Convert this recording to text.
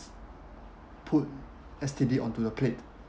put S_T_D onto the plate